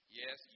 yes